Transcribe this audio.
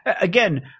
again